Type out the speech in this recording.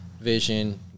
vision